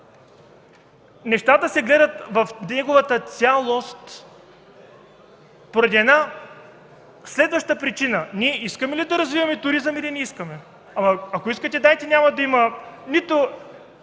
Нещата се гледат в цялост поради една следваща причина: ние искаме ли да развиваме туризъм или не? Ако искате, дайте, няма да има нито